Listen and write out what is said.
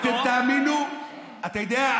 אתה יודע,